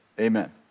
Amen